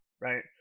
right